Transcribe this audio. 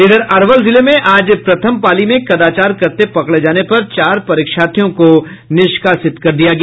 इधर अरवल जिले में आज प्रथम पाली में कदाचार करते पकड़े जाने पर चार परीक्षर्थियों को निष्कासित कर दिया गया